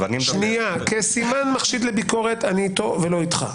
ואני מדבר על --- כסימן מחשיד לביקורת - אני איתו ולא איתך.